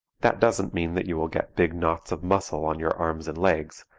that doesn't mean that you will get big knots of muscle on your arms and legs,